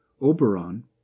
oberon